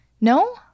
No